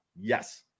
yes